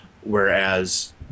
whereas